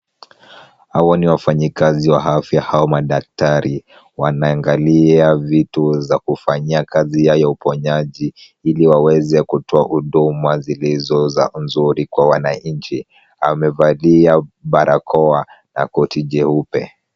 Hawa ni wafanyikazi wa afya au madaktari wanaangalia vitu za kufanyia kazi ya uponyaji ili waweze kutoa huduma zilizo nzuri kwa wananchi. Amevalia barakoa na koti jeupe.